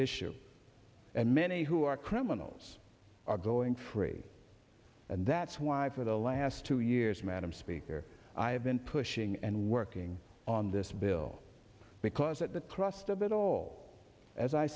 issue and many who are criminals are going free and that's why for the last two years madam speaker i have been pushing and working on this bill because at the crust of it all as i